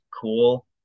cool